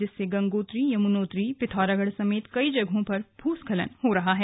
जिससे गंगोत्री यमुनोत्री पिथौरागढ़ समेत कई जगहों पर भूस्खलन हो रहा है